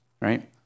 right